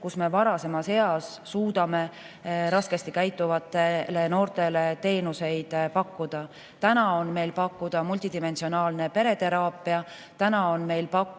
kus me varasemas eas suudame raskesti käituvatele noortele teenuseid pakkuda. Täna on meil pakkuda multidimensionaalne pereteraapia, täna on meil pakkuda